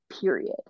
period